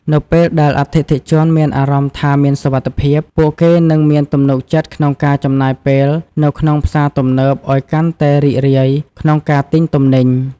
នៅពេលដែលអតិថិជនមានអារម្មណ៍ថាមានសុវត្ថិភាព ពួកគេនឹងមានទំនុកចិត្តក្នុងការចំណាយពេលនៅក្នុងផ្សារទំនើប ឲ្យកាន់តែរីករាយក្នុងការទិញទំនិញ។